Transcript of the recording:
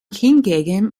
hingegen